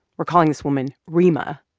we're calling this woman reema,